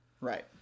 Right